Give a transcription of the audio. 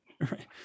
right